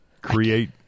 create